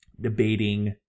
debating